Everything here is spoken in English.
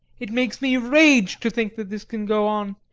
it makes me rage to think that this can go on,